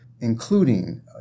including